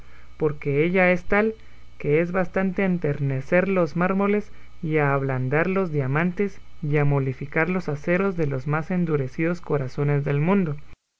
porque ella es tal que es bastante a enternecer los mármoles y a ablandar los diamantes y a molificar los aceros de los más endurecidos corazones del mundo